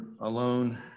alone